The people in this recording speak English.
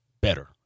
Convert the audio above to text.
better